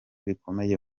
bikomeye